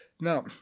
now